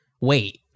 wait